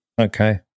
okay